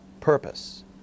purpose